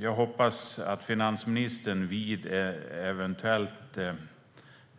Jag hoppas att finansministern vid ett eventuellt